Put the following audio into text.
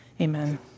Amen